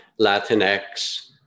Latinx